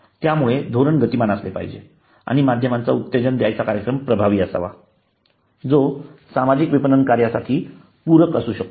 त्यामुळे धोरण गतिमान असले पाहिजे आणि माध्यमाचा उत्तेजन द्यायचा कार्यक्रम प्रभावी असावा जो सामाजिक विपणन कार्यक्रमासाठी पूरक असू शकतो